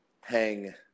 hang